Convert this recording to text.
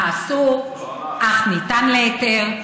מה אסור אך ניתן להיתר.